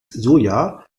soja